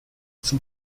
zum